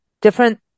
different